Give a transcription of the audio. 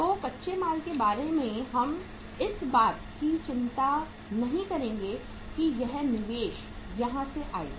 तो कच्चे माल के बारे में हम इस बात की चिंता नहीं करेंगे कि यह निवेश कहां से आएगा